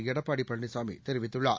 எடப்பாடி பழனிசாமி தெரிவித்துள்ளார்